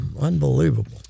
Unbelievable